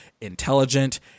intelligent